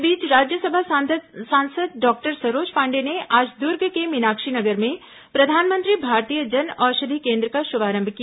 इस बीच राज्यसभा सांसद डॉक्टर सरोज पांडेय ने आज दुर्ग के मीनाक्षी नगर में प्रधानमंत्री भारतीय जन औषधि केन्द्र का शुभारंभ किया